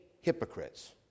hypocrites